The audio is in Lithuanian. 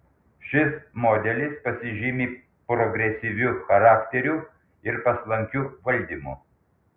šis modelis pasižymi progresyviu charakteriu ir paslankiu valdymu